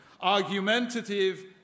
Argumentative